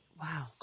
Wow